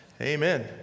Amen